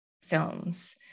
films